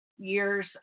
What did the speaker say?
years